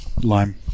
Lime